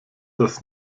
das